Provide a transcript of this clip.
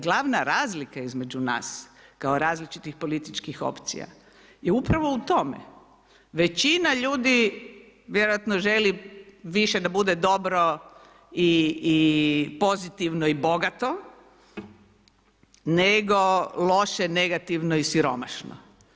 Glavna razlika između nas kao različita politička opcija, je u tome, većina ljudi, vjerojatno želi, više da bude dobro i pozitivno i bogato, nego loše negativno i siromašno.